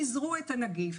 פיזרו את הנגיף,